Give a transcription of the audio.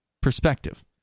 perspective